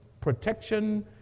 protection